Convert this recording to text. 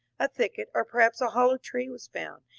a thicket or perhaps a hollow tree was found,